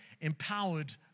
empowered